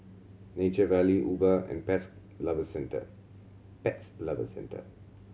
Nature Valley Uber and Pet Lovers Centre Pet Lovers Centre